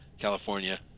California